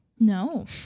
No